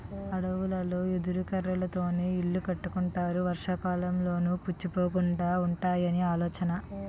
అడవులలో ఎదురు కర్రలతోనే ఇల్లు కట్టుకుంటారు వర్షాకాలంలోనూ పుచ్చిపోకుండా వుంటాయని ఆలోచన